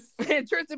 Tristan